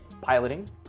piloting